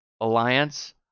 Alliance